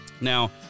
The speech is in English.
Now